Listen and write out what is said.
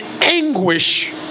anguish